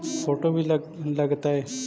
Photo भी लग तै?